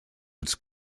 its